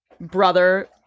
brother